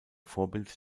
vorbild